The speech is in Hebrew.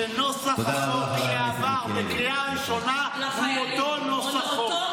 שנוסח שהחוק שעבר בקריאה ראשונה הוא אותו נוסח חוק.